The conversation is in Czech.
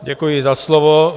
Děkuji za slovo.